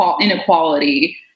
inequality